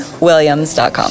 williams.com